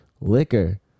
Liquor